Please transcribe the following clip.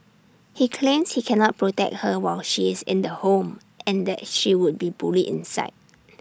he claims he cannot protect her while she is in the home and that she would be bullied inside